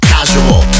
Casual